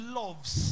loves